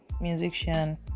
musician